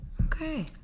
Okay